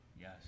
Yes